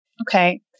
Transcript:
okay